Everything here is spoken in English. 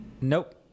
Nope